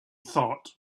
thought